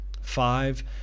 Five